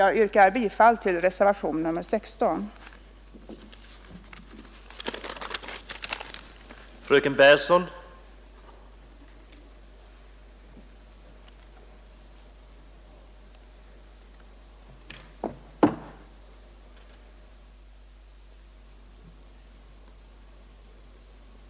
Jag yrkar bifall till reservationen 16 av herr Gustavsson i Alvesta m.fl.